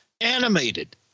animated